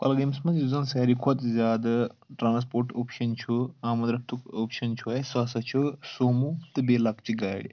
کۄلگٲمِس منٛز یُس زَن ساروٕے کھۄتہٕ زیادٕ ٹرانَسپُوٹ اوٚپشَن چھُ آمد رَفتُک اوٚپشَن چھُ اَسہِ سُہ ہَسا چھُ سُومُو تہٕ بیٚیہِ لۄکچہِ گاڑِ